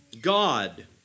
God